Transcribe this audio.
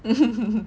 hmm